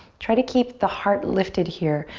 try to keep the heart lifted here.